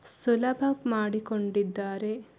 ಸುಲಭ ಮಾಡಿಕೊಂಡಿದ್ದಾರೆ